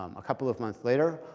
um a couple of months later,